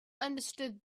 understood